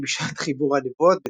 כי בשעת חיבור הנבואות,